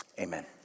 amen